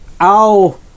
Ow